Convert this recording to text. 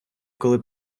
коли